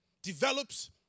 develops